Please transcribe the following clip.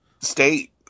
state